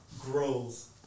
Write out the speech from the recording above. grows